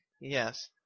Yes